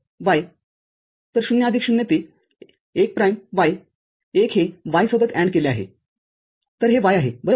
तर० आदिक ० ते १ prime y १ हे y सोबत AND केले आहे तर हे y आहे बरोबर